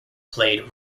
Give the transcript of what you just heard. played